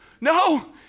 No